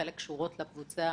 חלק קשורות לקבוצה